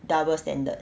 double standard